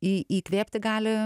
į įkvėpti gali